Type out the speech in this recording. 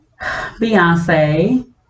Beyonce